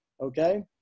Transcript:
okay